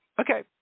Okay